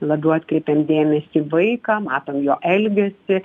labiau atkreipiam dėmesį į vaiką matom jo elgesį